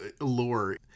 lore